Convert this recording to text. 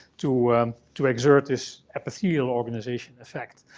to to exert this epithelial organization, in fact.